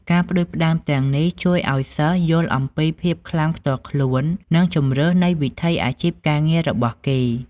ការផ្ដួចផ្ដើមទាំងនេះជួយឲ្យសិស្សយល់អំពីភាពខ្លាំងផ្ទាល់ខ្លួន និងជម្រើសនៃវិថីអាជីពការងាររបស់គេ។